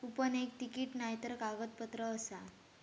coupon एक ticket नायतर कागदपत्र आसा